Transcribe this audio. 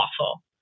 awful